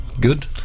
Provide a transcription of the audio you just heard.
good